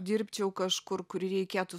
dirbčiau kažkur kur reikėtų